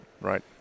Right